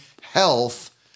health